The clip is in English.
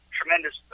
tremendous